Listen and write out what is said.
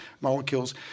molecules